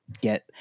get